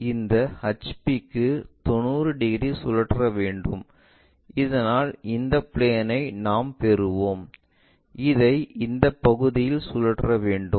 எனவே இதை இந்த HPக்கு 90 டிகிரி சுழற்ற வேண்டும் இதனால் இந்த பிளேன் ஐ நாம் பெறுவோம் இதை இந்தப் பகுதியில் சுழற்ற வேண்டும்